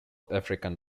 african